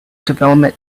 development